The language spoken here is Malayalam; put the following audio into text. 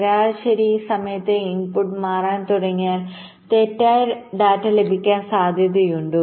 ശരാശരി സമയത്ത് ഇൻപുട്ട് മാറാൻ തുടങ്ങിയാൽ തെറ്റായ ഡാറ്റ ലഭിക്കാൻ സാധ്യതയുണ്ട്